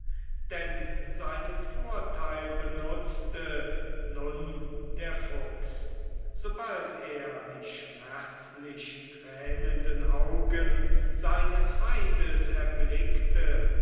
denn seinen vorteil benutzte nun der fuchs sobald er die schmerzlich tränenden augen seines feindes erblickte